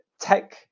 tech